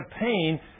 pain